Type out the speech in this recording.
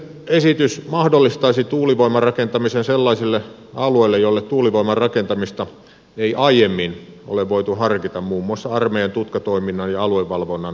hallituksen esitys mahdollistaisi tuulivoimarakentamisen sellaisille alueille joille tuulivoimarakentamista ei aiemmin ole voitu harkita muun muassa armeijan tutkatoiminnan ja aluevalvonnan häiriintymisen vuoksi